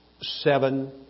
seven